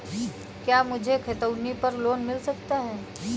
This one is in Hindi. क्या मुझे खतौनी पर लोन मिल सकता है?